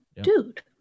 dude